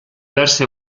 verse